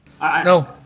No